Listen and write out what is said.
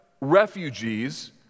refugees